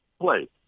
play